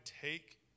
take